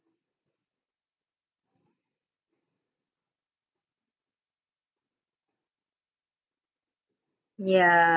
ya